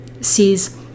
sees